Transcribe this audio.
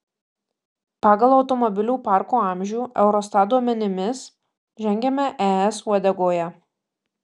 pagal automobilių parko amžių eurostat duomenimis žengiame es uodegoje